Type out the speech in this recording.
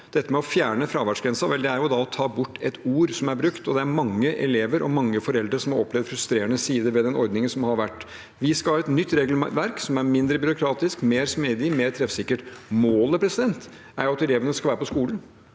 tror det å fjerne fraværsgrensen – vel, det er å ta bort et ord som er brukt, og det er mange elever og mange foreldre som har opplevd frustrerende sider ved den ordningen som har vært. Vi skal ha et nytt regelverk som er mindre byråkratisk, mer smidig og mer treffsikkert. Målet er jo at elevene skal være på skolen.